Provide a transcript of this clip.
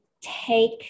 take